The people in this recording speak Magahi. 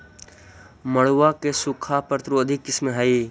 मड़ुआ के सूखा प्रतिरोधी किस्म हई?